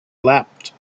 leapt